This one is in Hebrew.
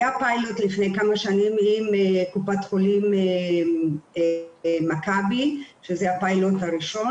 היה פיילוט לפני כמה שנים עם קופת חולים מכבי שזה הפיילוט הראשון